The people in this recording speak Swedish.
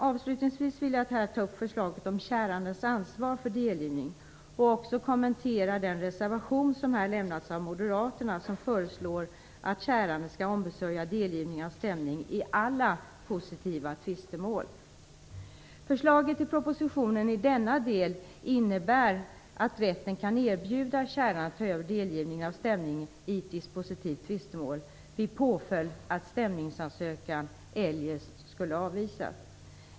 Avslutningsvis vill jag här ta upp förslaget om kärandens ansvar för delgivning och också kommentera den reservation som här lämnats av moderaterna, som föreslår att käranden skall ombesörja delgivning av stämning i alla dispositiva tvistemål. Förslaget i propositionen i denna del innebär att rätten kan erbjuda käranden att ta över delgivning av stämning i ett dispositivt tvistemål vid påföljd att stämningsansökan eljest skulle avvisas.